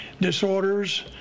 disorders